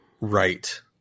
right